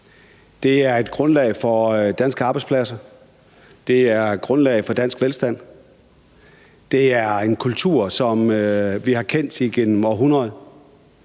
Det er grundlag for danske arbejdspladser, det er grundlag for dansk velstand, det er en kultur, som vi har kendt igennem århundreder.